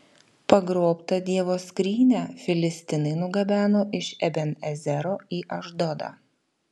pagrobtą dievo skrynią filistinai nugabeno iš eben ezero į ašdodą